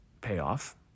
payoff